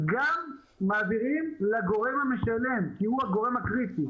גם מעבירים לגורם המשלם כי הוא הגורם הקריטי.